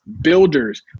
builders